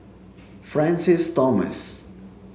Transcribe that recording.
Francis Thomas